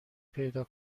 پیدا